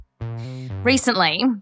Recently